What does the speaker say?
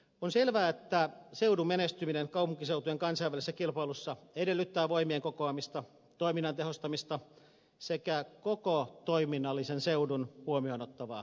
on selvää että seudun menestyminen kaupunkiseutujen kansainvälisessä kilpailussa edellyttää voimien kokoamista toiminnan tehostamista sekä koko toiminnallisen seudun huomioon ottavaa päätöksentekoa